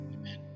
Amen